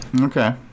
Okay